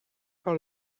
par